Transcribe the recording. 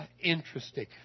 Interesting